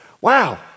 Wow